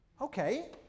Okay